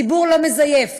הציבור לא מזייף,